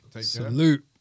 Salute